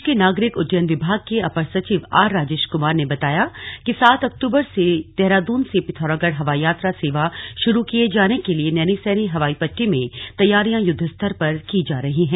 प्रदेश के नागरिक उड्डयन विभाग के अपर सचिव आर राजेश कुमार ने बताया कि सात अक्टूबर से देहरादून से पिथौरागढ़ हवाई यात्रा सेवा शुरू किये जाने के लिए नैनीसैनी हवाई पट्टी में तैयारियां युद्वस्तर पर की जा रही है